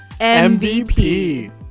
MVP